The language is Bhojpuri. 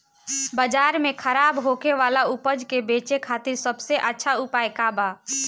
बाजार में खराब होखे वाला उपज के बेचे खातिर सबसे अच्छा उपाय का बा?